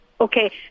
Okay